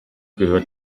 gehört